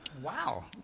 Wow